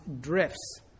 drifts